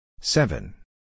seven